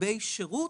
כלבי שירות.